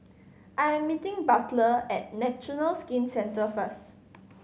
I am meeting Butler at National Skin Centre first